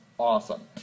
Awesome